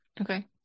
Okay